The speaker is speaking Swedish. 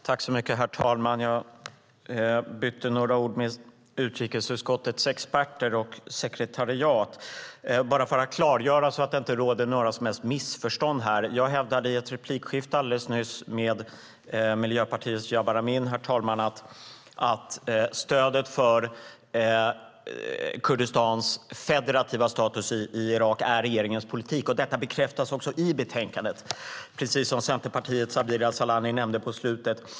Herr talman! Jag bytte några ord med utrikesutskottets experter och sekretariat bara för att klargöra det hela och så att det inte ska råda några som helst missförstånd. Jag hävdade i ett replikskifte alldeles nyss med Miljöpartiets Jabar Amin, herr talman, att stödet för Kurdistans federativa status i Irak är regeringens politik. Detta bekräftas också i betänkandet, precis som Centerpartiets Abir Al-Sahlani nämnde på slutet.